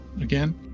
again